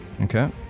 Okay